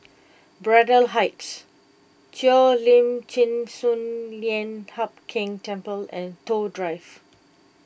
Braddell Heights Cheo Lim Chin Sun Lian Hup Keng Temple and Toh Drive